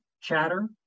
chatter